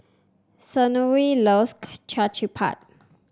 Senora loves Chapati